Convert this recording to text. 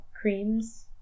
creams